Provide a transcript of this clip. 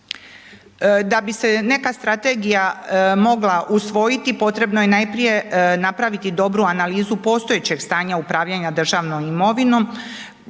Da bi se neka strategije mogla usvojiti potrebno je najprije napraviti dobru analizu postojećeg stanja upravljanja državnom imovinom